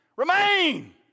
remain